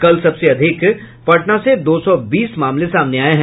कल सबसे अधिक पटना से दो सौ बीस मामले सामने आये हैं